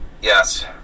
Yes